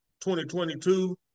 2022